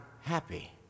happy